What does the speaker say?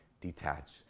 detached